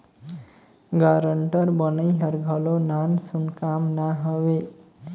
guarantor बनई हर घलो नानसुन काम ना हवे